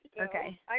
Okay